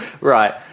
right